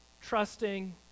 trusting